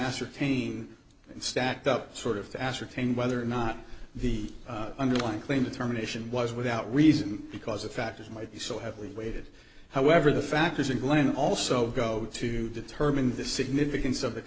ascertain and stacked up sort of to ascertain whether or not the underlying claim determination was without reason because the factors might be so heavily weighted however the factors and glenn also go to determine the significance of the